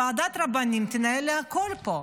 ועדת רבנים תנהל הכול פה.